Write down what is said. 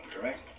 correct